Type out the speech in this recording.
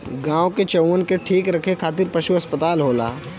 गाँव में चउवन के ठीक रखे खातिर पशु अस्पताल होला